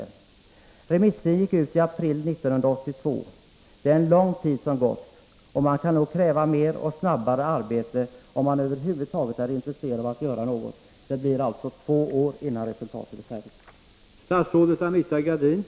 Om regeringen över huvud taget är intresserad av att göra något på detta område, borde vi kunna förvänta oss mer och snabbare arbete. strävandena under kärva ekonomiska förhållanden Remisstiden gick ut i april 1982. En lång tid har alltså gått — det blir två år, innan resultatet är färdigt.